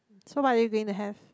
so what do you going to have